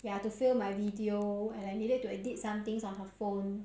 ya to film my video and I needed to edit some things on her phone